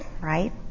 right